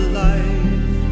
life